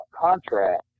contract